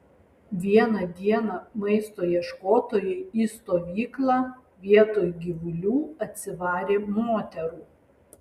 vieną dieną maisto ieškotojai į stovyklą vietoj gyvulių atsivarė moterų